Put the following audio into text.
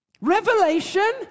Revelation